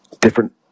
different